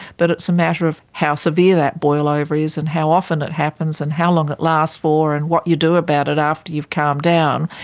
but it's a matter of how severe that boilover is and how often it happens and how long it lasts for and what you do about it after you've calmed down,